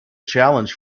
challenge